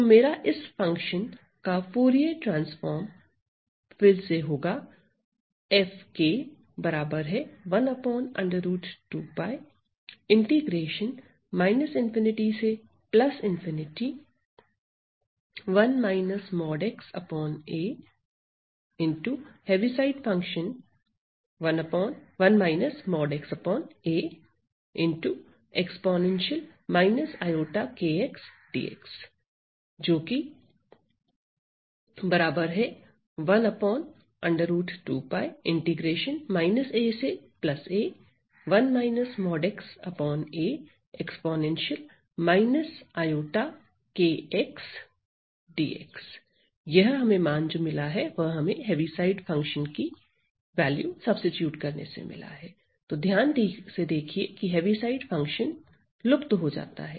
तो मेरा इस फंक्शन का फूरिये ट्रांसफार्म फिर से होगा ध्यान से देखिए की हैवी साइड फंक्शन लुप्त हो जाता है